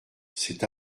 cet